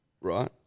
right